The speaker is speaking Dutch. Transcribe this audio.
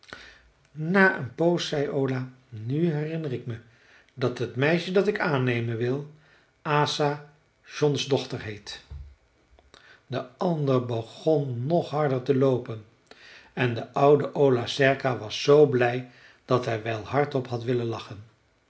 na een poos zei ola nu herinner ik me dat het meisje dat ik aannemen wil asa jonsdochter heet de andere begon nog harder te loopen en de oude ola serka was zoo blij dat hij wel hardop had willen lachen